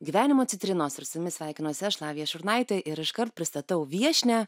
gyvenimo citrinos ir su jumis sveikinuosi aš lavija šurnaitė ir iškart pristatau viešnią